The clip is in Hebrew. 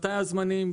מה הזמנים,